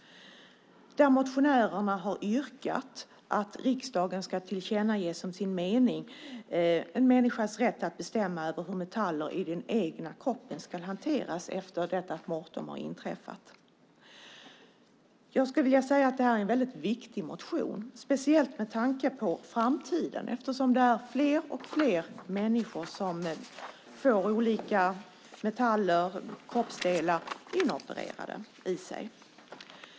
Motionärerna har yrkat att riksdagen ska tillkännage som sin mening en människas rätt att bestämma hur metaller i den egna kroppen ska hanteras efter det att mortum har inträffat. Jag skulle vilja säga att det är en mycket viktig motion, speciellt med tanke på framtiden. Fler och fler människor får olika metaller, kroppsdelar, inopererade.